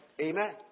Amen